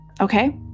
Okay